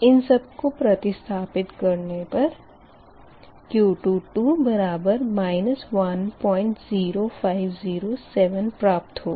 इन सब को प्रतिस्थपित करने पर Q22 बराबर 10507 प्राप्त होगा